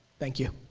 thank you.